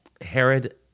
Herod